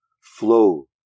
Flow